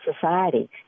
society